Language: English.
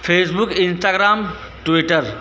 Facebook Instagram twitter